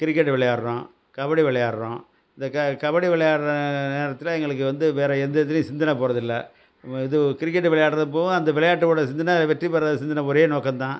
cricket விளையாடுறோம் கபடி விளையாடுறோம் இந்த கபடி விளையாடுற நேரத்தில் எங்களுக்கு வந்து வேறு எந்த இதுலேயும் சிந்தனை போகிறது இல்லை இது கிரிக்கெட்டு விளையாடுறத போக அந்த விளையாட்டோட சிந்தனை வெற்றி பெறுகிற சிந்தனை ஒரே நோக்கந்தான்